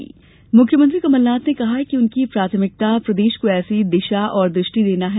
मुख्यमंत्री सम्मेलन मुख्यमंत्री कमलनाथ ने कहा है कि उनकी प्राथमिकता प्रदेश को ऐसी दिशा और दृष्टि देना है